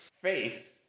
Faith